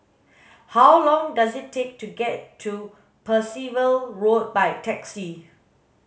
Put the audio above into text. how long does it take to get to Percival Road by taxi